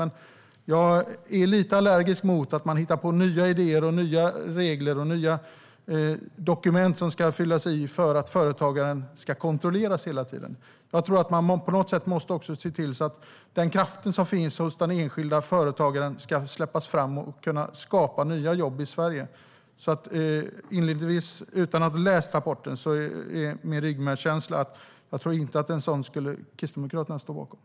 Man jag är lite allergisk mot att man hittar på nya idéer, nya regler och nya dokument som ska fyllas i för att företagaren ska kontrolleras hela tiden. Jag tror att man på något sätt måste se till att den kraft som finns hos den enskilda företagaren ska släppas fram och kunna skapa nya jobb i Sverige. Inledningsvis, utan att ha läst rapporten, är min ryggmärgskänsla att Kristdemokraterna inte skulle stå bakom ett sådant förslag.